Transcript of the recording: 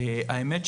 האמת,